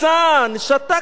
שתקתם.